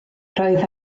roedd